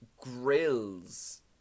grills